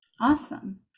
Awesome